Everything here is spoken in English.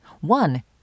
One